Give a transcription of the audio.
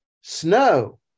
snow